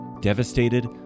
devastated